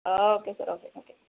okay sir okay okay